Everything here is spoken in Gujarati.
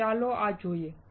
તો ચાલો આ જોઈએ